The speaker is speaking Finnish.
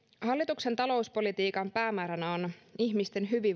hallituksen talouspolitiikan päämääränä on ihmisten